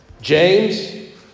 James